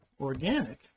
organic